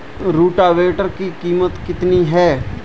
Rotavator की कीमत कितनी है?